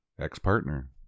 ex-partner